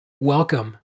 Welcome